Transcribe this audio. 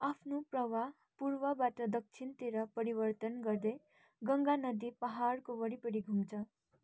आफ्नो प्रवाह पूर्वबाट दक्षिणतिर परिवर्तन गर्दै गङ्गा नदी पाहाडको वरिपरि घुम्छ